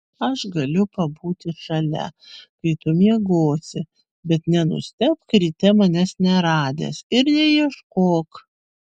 aš galiu pabūti šalia kai tu miegosi bet nenustebk ryte manęs neradęs ir neieškok